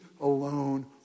alone